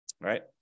right